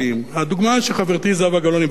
הדוגמה שחברתי זהבה גלאון הביאה לנו,